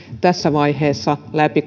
tässä vaiheessa läpi